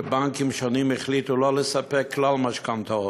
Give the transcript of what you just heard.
שבנקים שונים החליטו לא לספק כלל משכנתאות,